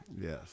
Yes